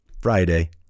Friday